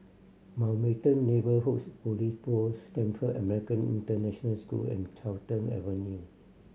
Mountbatten Neighbourhoods Police Post Stamford American International School and Carlton Avenue